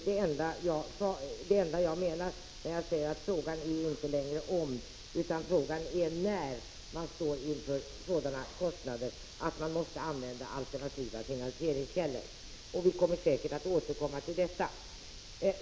Det är vad jag menar när jag säger att frågan inte längre gäller om utan när man står inför sådana kostnader att man måste använda alternativa finansieringskällor. Vi kommer säkert att få tillfälle att återkomma till detta.